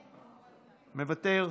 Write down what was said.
מוותר,